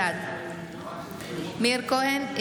בעד מאיר כהן,